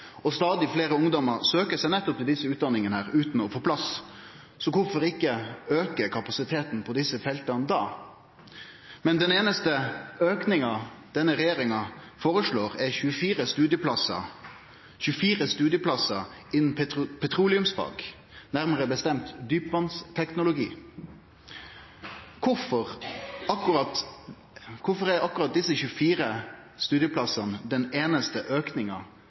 Stadig fleire ungdomar søkjer seg til nettopp desse utdanningane, utan å få plass, så kvifor ikkje auke kapasiteten på desse felta? Den einaste auken denne regjeringa foreslår, er 24 studieplassar innan petroleumsfag, nærmare bestemt djupvassteknologi. Kvifor er akkurat desse 24 studieplassane den einaste